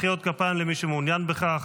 אני מאפשר מחיאות כפיים למי שמעוניין בכך.